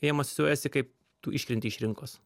jiem asocijuojasi kaip tu iškrenti iš rinkos